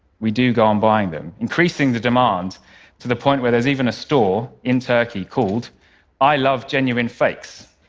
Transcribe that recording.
we do go on buying them, increasing the demand to the point where there's even a store in turkey called i love genuine fakes.